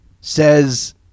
says